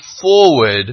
forward